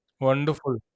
Wonderful